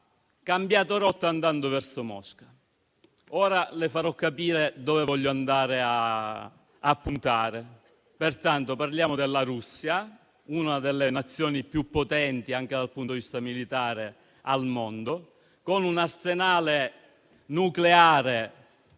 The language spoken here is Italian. cambiato rotta, andando verso Mosca. Ora le farò capire dove voglio andare a puntare. Parliamo della Russia, una delle Nazioni più potenti al mondo, anche dal punto di vista militare, con un arsenale nucleare